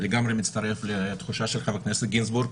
אני לגמרי מצטרף לתחושה של חבר הכנסת גינזבורג,